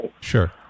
Sure